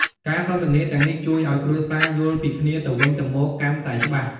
ការសន្ទនាទាំងនេះជួយឱ្យគ្រួសារយល់ពីគ្នាទៅវិញទៅមកកាន់តែច្បាស់។